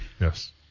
Yes